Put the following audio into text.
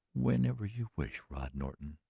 whenever you wish, rod norton!